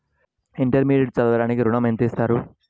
Intermediate చదవడానికి ఋణం ఎంత ఇస్తారు?